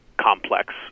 complex